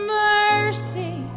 mercy